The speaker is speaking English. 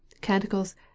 Canticles